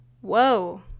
whoa